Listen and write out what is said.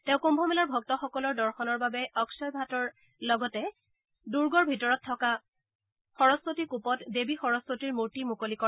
তেওঁ কুম্ভমেলাৰ ভক্তসকলৰ দৰ্শনৰ বাবে অক্ষয় ভাটৰ লগতে দূৰ্গৰ ভিতৰত থকা স্বৰস্বতী কুপত দেৱী স্বৰস্বতীৰ মূৰ্তি মুকলি কৰে